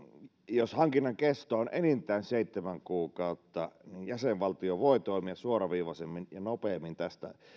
jos hankinnan kesto on enintään seitsemän kuukautta jäsenvaltio voi toimia suoraviivaisemmin ja nopeammin